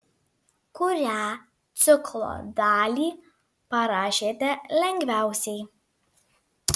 kurią ciklo dalį parašėte lengviausiai